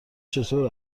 چطور